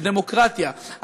על דמוקרטיה,